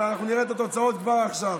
ואנחנו נראה את התוצאות כבר עכשיו.